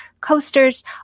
coasters